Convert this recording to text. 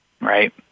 right